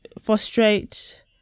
frustrate